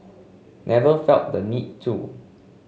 never felt the need to